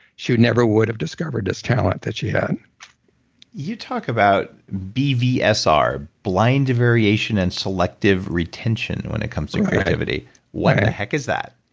she never would have discovered this talent that she had you talk about bvsr, blind variation and selective retention, when it comes to creativity what in the heck is that?